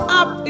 up